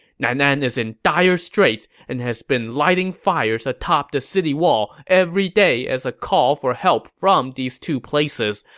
nanan is in dire straits and has been lighting fires atop the city wall every day as a call for help from these two places,